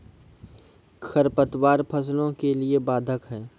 खडपतवार फसलों के लिए बाधक हैं?